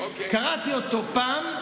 קראתי אותו פעם,